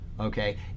Okay